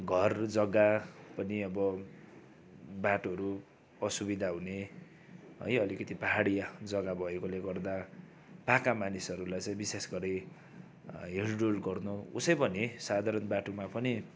घर जग्गा पनि अब बाटोहरू असुविधा हुने है अलिकति पाहाडी जग्गा भएकोले गर्दा पाका मानिसहरूलाई चाहिँ विशेष गरी हिँड्डुल गर्नु उसै पनि साधारण बाटोमा पनि